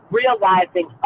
realizing